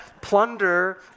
plunder